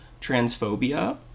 Transphobia